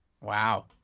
Wow